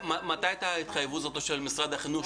-- מתי הייתה ההתחייבות של משרד החינוך?